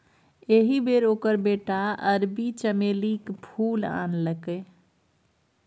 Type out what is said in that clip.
एहि बेर ओकर बेटा अरबी चमेलीक फूल आनलकै